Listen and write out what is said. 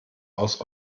aus